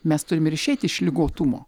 mes turim ir išeiti iš ligotumo